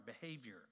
behavior